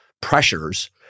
pressures